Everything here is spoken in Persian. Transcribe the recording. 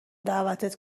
دعوتت